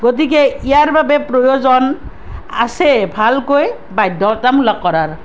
গতিকে ইয়াৰ বাবে প্ৰয়োজন আছে ভালকৈ বাধ্য়তামূলক কৰাৰ